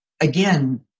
again